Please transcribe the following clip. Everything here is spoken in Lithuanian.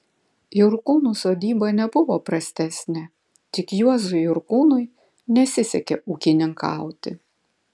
jurkūnų sodyba nebuvo prastesnė tik juozui jurkūnui nesisekė ūkininkauti